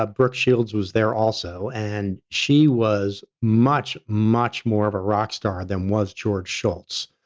ah brooke shields was there also and she was much, much more of a rock star than was george schultz.